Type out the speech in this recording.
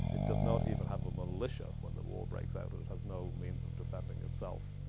it does not even have a militia when the war breaks out. it it has no means of defending itself.